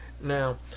Now